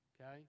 okay